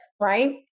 right